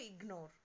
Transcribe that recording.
ignore